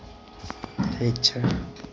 ठीक छै